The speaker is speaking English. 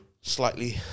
slightly